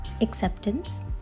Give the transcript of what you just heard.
Acceptance